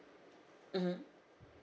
mmhmm